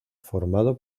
formado